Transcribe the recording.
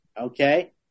okay